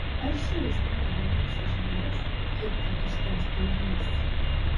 ar ši aistra kada nors išblės kaip kad užgęsta ugnis